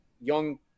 young